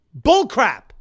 Bullcrap